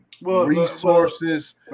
resources